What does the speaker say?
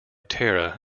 tara